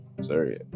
sorry